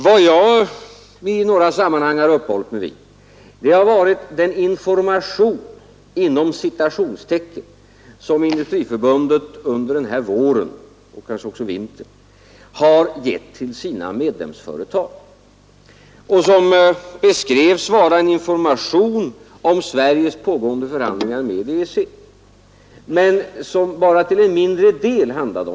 Vad jag i några sammanhang har uppehållit mig vid har varit den ”information” som Industriförbundet under den här våren — och kanske också vintern — har gett till sina medlemsföretag. Den beskrevs vara en information om Sveriges pågående förhandlingar med EEC men handlade bara till en mindre del om dessa.